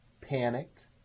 panicked